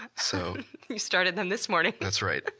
so you started them this morning. that's right.